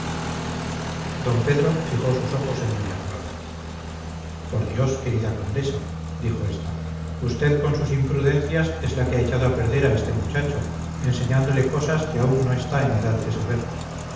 d pedro fijó sus ojos en doña flora por dios querida condesa dijo esta usted con sus imprudencias es la que ha echado a perder a este muchacho enseñándole cosas que aún no está en edad de saber